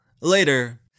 Later